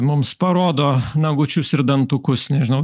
mums parodo nagučius ir dantukus nežinau